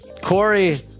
Corey